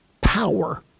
power